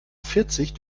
vierzig